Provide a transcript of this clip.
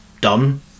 done